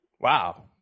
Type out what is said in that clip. Wow